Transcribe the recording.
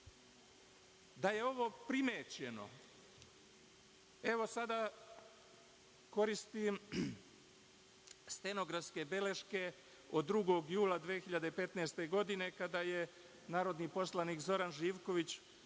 Da je ovo primećeno, evo, sada koristim stenografskebeleške od 2. jula 2015. godine, kada je narodni poslanik Zoran Živković